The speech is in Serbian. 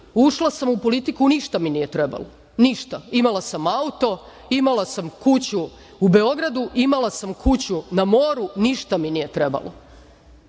ušla sam u politiku ništa mi nije trebalo. Ništa, imala sam auto, imala sam kuću u Beogradu, imala sam kuću na moru, ništa mi nije trebalo.